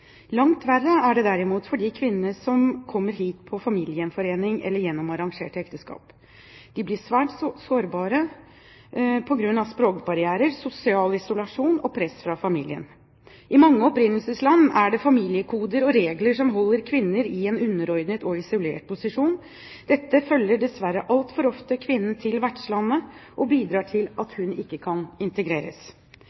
Langt verre er det derimot for de kvinnene som kommer hit på familiegjenforening eller gjennom arrangerte ekteskap. De blir svært sårbare på grunn av språkbarrierer, sosial isolasjon og press fra familien. I mange opprinnelsesland er det familiekoder og regler som holder kvinner i en underordnet og isolert posisjon. Dette følger dessverre altfor ofte kvinnen til vertslandet og bidrar til at